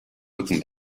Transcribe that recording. mücken